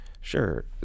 Sure